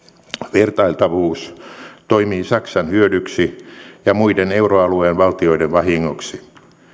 vertailtavuus toimii saksan hyödyksi ja muiden euroalueen valtioiden vahingoksi